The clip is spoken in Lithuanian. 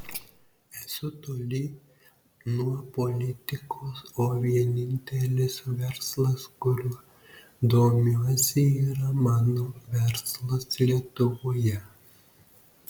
esu toli nuo politikos o vienintelis verslas kuriuo domiuosi yra mano verslas lietuvoje